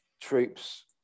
troops